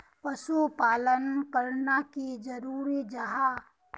पशुपालन करना की जरूरी जाहा?